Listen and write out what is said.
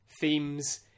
themes